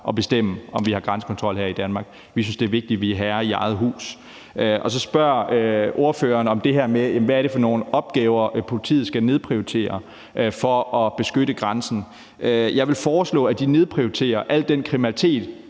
at bestemme, om vi har grænsekontrol her i Danmark. Vi synes, det er vigtigt, at vi er herre i eget hus. Så spørger ordføreren om det her med, hvad det er for nogle opgaver, politiet skal nedprioritere for at beskytte grænsen. Jeg vil foreslå, at de nedprioriterer al den kriminalitet,